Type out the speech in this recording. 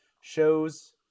shows